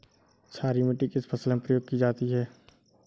क्षारीय मिट्टी किस फसल में प्रयोग की जाती है?